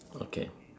okay